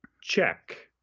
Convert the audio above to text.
check